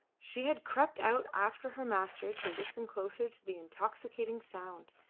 she had crept out after her master to listen closer to the intoxicating sound.